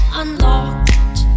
unlocked